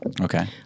Okay